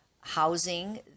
housing